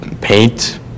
paint